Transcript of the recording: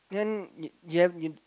then